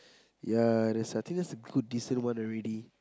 ya I think that's a good decent one already